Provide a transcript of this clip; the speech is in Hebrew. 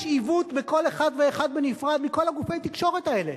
יש עיוות בכל אחד ואחד בנפרד בכל גופי התקשורת האלה,